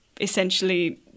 essentially